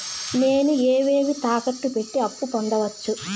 నేను ఏవేవి తాకట్టు పెట్టి అప్పు పొందవచ్చు?